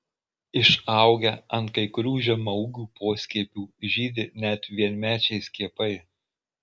išaugę ant kai kurių žemaūgių poskiepių žydi net vienmečiai skiepai